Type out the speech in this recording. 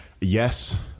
Yes